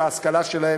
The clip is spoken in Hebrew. בהשכלה שלהם,